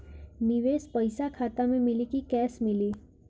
निवेश पइसा खाता में मिली कि कैश मिली?